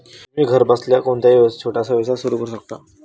तुम्ही घरबसल्या कोणताही छोटासा व्यवसाय सुरू करू शकता